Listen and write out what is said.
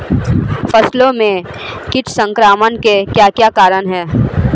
फसलों में कीट संक्रमण के क्या क्या कारण है?